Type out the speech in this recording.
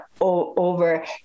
over